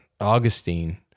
Augustine